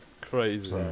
Crazy